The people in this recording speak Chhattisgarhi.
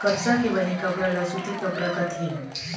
कपसा के बने कपड़ा ल सूती कपड़ा कथें